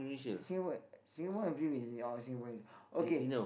Singapore Singapore or Philippines or Singaporean okay